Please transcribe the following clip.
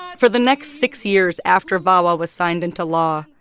for the next six years after vawa was signed into law,